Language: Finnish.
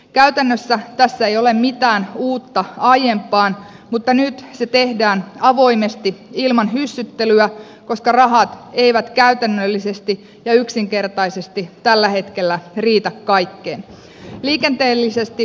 käytännössä tässä ei ole mitään uutta aiempaan mutta nyt se tehdään avoimesti ilman hyssyttelyä koska rahat eivät käytännöllisesti ja yksinkertaisesti tällä hetkellä riitä kaikkeen